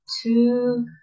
two